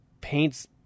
paints